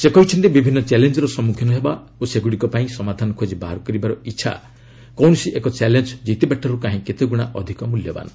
ସେ କହିଛନ୍ତି ବିଭିନ୍ନ ଚ୍ୟାଳେଞ୍ଚ୍ର ସମ୍ମୁଖୀନ ହେବା ଓ ସେଗୁଡ଼ିକ ପାଇଁ ସମାଧାନ ଖୋକି ବାହାର କରିବାର ଇଚ୍ଛା କୌଣସି ଏକ ଚ୍ୟାଲେଞ୍ ଜିତିବାଠାରୁ କାହିଁ କେତେ ଗୁଣା ଅଧିକ ମୂଲ୍ୟବାନ୍